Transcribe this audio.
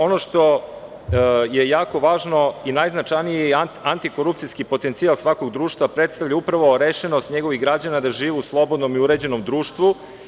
Ono što je jako važno je najznačajniji antikorupcijski potencijal svakog društva, a predstavlja upravo rešenost njegovih građana da žive u slobodnom i uređenom društvu.